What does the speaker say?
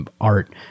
art